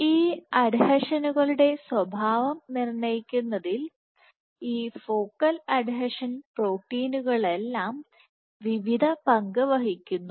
ഈ അഡ്ഹീഷനുകളുടെ സ്വഭാവം നിർണ്ണയിക്കുന്നതിൽ ഈ ഫോക്കൽ അഡ്ഹീഷൻ പ്രോട്ടീനുകളെല്ലാം വിവിധ പങ്ക് വഹിക്കുന്നു